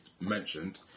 mentioned